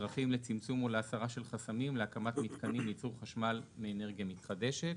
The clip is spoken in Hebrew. דרכים לצמצום ולהסרה של חסמים להקמת מתקנים לייצור חשמל מאנרגיה מתחדשת.